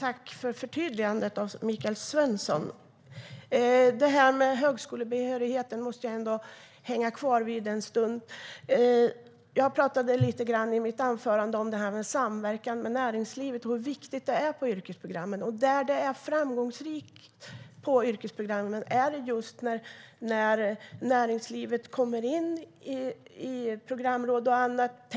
Herr talman! Tack, Michael Svensson, för förtydligandet! Det här med högskolebehörigheten måste jag ändå hänga kvar vid en stund. Jag pratade lite grann i mitt anförande om samverkan med näringslivet och hur viktigt det är på yrkesprogrammen. Där det är framgångsrikt på yrkesprogrammen är just där näringslivet kommer in i programråd och annat.